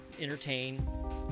entertain